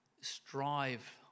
strive